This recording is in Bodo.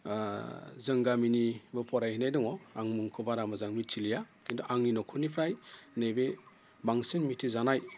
जोंनि गामिनिबो फरायहैनाय दङ आं मुंखौ बारा मोजां मिथिलिया खिन्थु आंनि न'खरनिफ्राय नैबे बांसिन मिथिजानाय